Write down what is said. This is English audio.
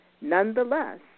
Nonetheless